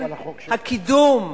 הקידום,